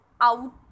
out